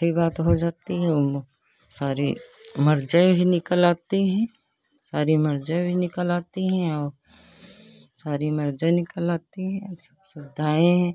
अच्छी बात हो जाती है औ उहिमा सारी मर्जय भी निकल आती हैं सारी मर्जय भी निकल आती है और सारी मर्जय निकल आती हैं और सब सुविधाएँ हैं